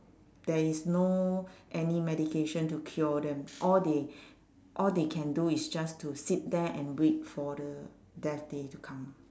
there is no any medication to cure them all they all they can do is just to sit there and wait for the death day to come